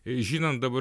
žinant dabar